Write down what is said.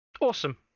Awesome